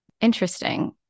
Interesting